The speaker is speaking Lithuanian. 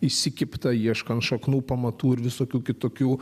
įsikibta ieškant šaknų pamatų ir visokių kitokių